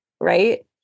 right